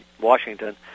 Washington